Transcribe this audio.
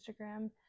Instagram